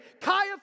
Caiaphas